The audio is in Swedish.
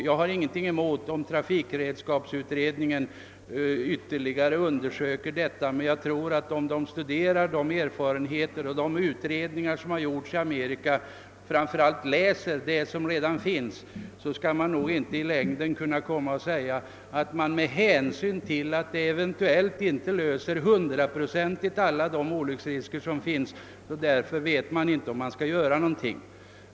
Jag har ingenting emot att motorredskapsutredningen gör ytterligare undersökningar, men om man studerar de erfarenheter och utredningar som gjorts i Amerika och framför allt läser det som redan finns att läsa, går det inte i längden att säga att man inte vet om man skall göra någonting, eftersom detta eventuellt inte hundraprocentigt skulle kunna eliminera alla olycksrisker.